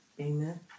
Amen